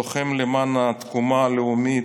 לוחם למען התקומה הלאומית,